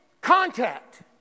contact